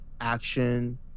action